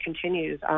continues